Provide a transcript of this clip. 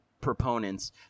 proponents